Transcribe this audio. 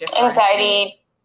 Anxiety